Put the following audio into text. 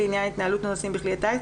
לעניין התנהלות הנוסעים בכלי הטיס,